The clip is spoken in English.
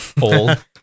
Old